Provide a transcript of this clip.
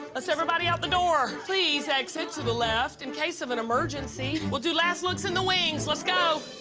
let's everybody out the door. please exit to the left in case of an emergency. we'll do last looks in the wings. let's go.